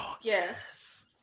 Yes